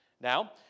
Now